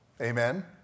Amen